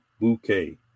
bouquet